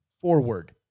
forward